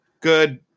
good